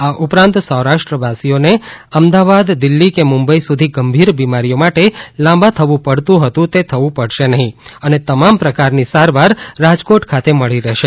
આ ઉપરાંત સૌરાષ્ટ્ર વાસીઓને અમદાવાદ દિલ્ઠી કે મુંબઈ સુધી ગંભીર બીમારીઓ માટે લાંબા થવું પડતું હતું તે થવું પડશે નહીં અને તમામ પ્રકારની સારવાર રાજકોટ ખાતે મળી રહેશે